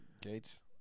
Gates